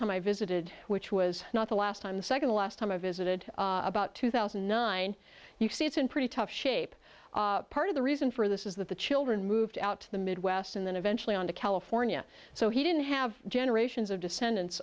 time i visited which was not the last time the second the last time i visited about two thousand and nine you see it's in pretty tough shape part of the reason for this is that the children moved out to the midwest and then eventually on to california so he didn't have generations of descendants